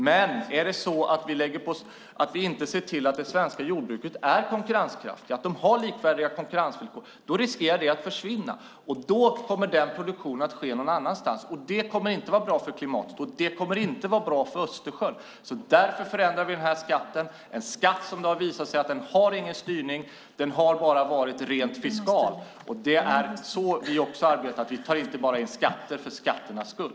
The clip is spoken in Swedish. Men ser vi inte till att det svenska jordbruket är konkurrenskraftigt, att det har likvärdiga konkurrensvillkor, riskerar det att försvinna. Då kommer den produktionen att ske någon annanstans. Det kommer inte att vara bra för klimatet, och det kommer inte att vara bra för Östersjön. Därför förändrar vi den skatten. Det är en skatt som har visat sig inte ha någon styrning. Den har bara varit rent fiskal. Det är så vi arbetar. Vi tar inte in skatter för skatternas skull.